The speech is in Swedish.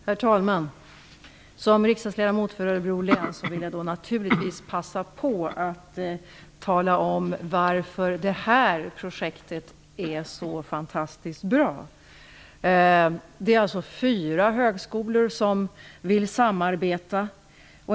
Herr talman! Såsom riksdagsledamot för Örebro län vill jag naturligtvis passa på att tala om varför detta projekt är så fantastiskt bra. Det är fyra högskolor som vill samarbeta.